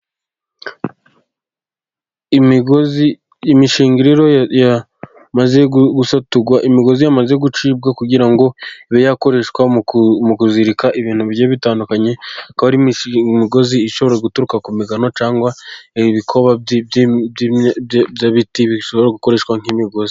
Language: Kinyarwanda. Imigozi imishingiriro yamaze gusaturwa imigozi yamaze gucibwa kugira ngo ibe yakoreshwa mu kuzirika ibintu bigiye bitandukanye, hakaba hari imigozi ishobora guturuka ku migano cyangwa ibikoba by'ibiti bishobora gukoreshwa nk'imigozi.